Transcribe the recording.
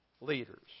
leaders